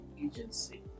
Agency